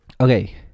Okay